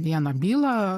vieną bylą